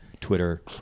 Twitter